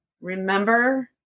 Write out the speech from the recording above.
remember